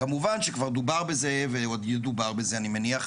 כמובן שכבר דובר בזה, ועוד ידובר בזה אני מניח.